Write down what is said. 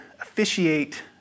officiate